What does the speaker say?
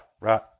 right